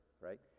right